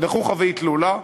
לחוכא ואטלולא,